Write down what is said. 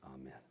Amen